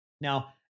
Now